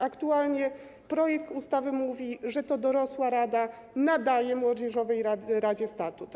Aktualnie projekt ustawy mówi, że to dorosła rada nadaje młodzieżowej radzie statut.